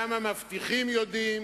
גם המבטיחים יודעים